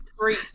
three